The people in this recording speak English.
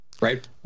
Right